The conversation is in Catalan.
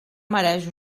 mereix